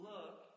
Look